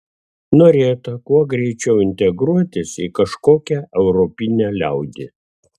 norėta kuo greičiau integruotis į kažkokią europinę liaudį